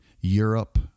Europe